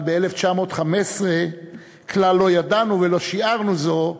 אבל ב-1915 כלל לא ידענו ולא שיערנו זאת,